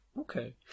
Okay